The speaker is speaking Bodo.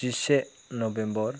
जिसे नभेम्बर